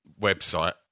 website